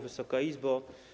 Wysoka Izbo!